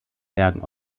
bergen